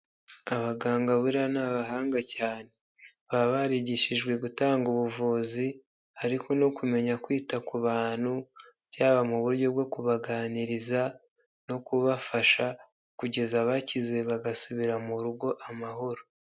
Abaganga buriya ni abahanga cyane, baba barigishijwe gutanga ubuvuzi ariko no kumenya kwita ku bantu byaba mu buryo bwo kubaganiriza no kubafasha kugeza bakize bagasubira mu rugo amahoro.